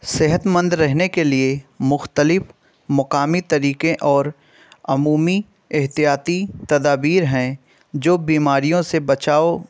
صحتمند رہنے کے لیے مختلف مقامی طریقے اور عمومی احتیاطی تدابیر ہیں جو بیماریوں سے بچاؤ